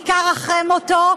בעיקר אחרי מותו,